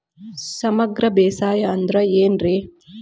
ಸಮಗ್ರ ಬೇಸಾಯ ಅಂದ್ರ ಏನ್ ರೇ?